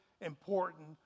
important